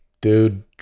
dude